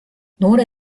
noore